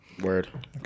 Word